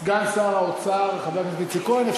סגן שר האוצר, חבר הכנסת איציק כהן.